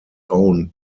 own